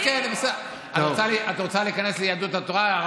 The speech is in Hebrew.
אבל כשרוצים, את רוצה להיכנס ליהדות התורה?